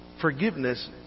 forgiveness